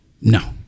no